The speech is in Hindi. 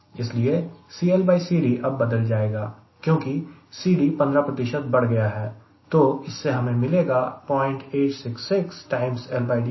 इसलिए CLCD अब बदल जाएगा क्योंकि CD 15 बढ़ गया है तो इससे हमें मिलेगा 0866 LD max